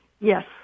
Yes